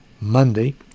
Monday